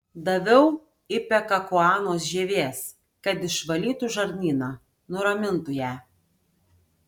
daviau ipekakuanos žievės kad išvalytų žarnyną nuramintų ją